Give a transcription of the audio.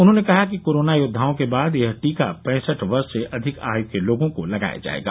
उन्होंने कहा कि कोरोना योद्वाओं के बाद यह टीका पैंसठ वर्ष से अधिक आयु के लोगों को लगाया जायेगा